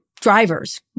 drivers